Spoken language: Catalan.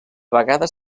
vegades